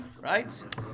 right